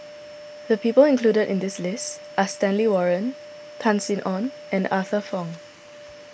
the people included in the list are Stanley Warren Tan Sin Aun and Arthur Fong